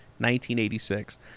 1986